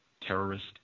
terrorist